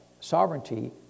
sovereignty